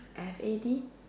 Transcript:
F A D